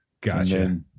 Gotcha